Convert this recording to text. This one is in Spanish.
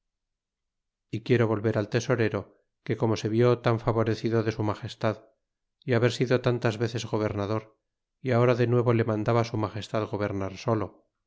y quiero volver al tesorero que como se vió tan favorecido de su magestad é haber sido tantas veces gobernador y agora de nuevo le mandaba su magestad gobernar